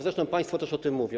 Zresztą państwo też o tym mówią.